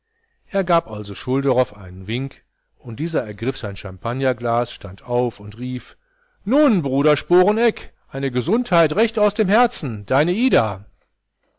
er gab also schulderoff einen wink und dieser ergriff sein champagnerglas stand auf und rief nun bruder sporeneck eine gesundheit recht aus dem herzen deine ida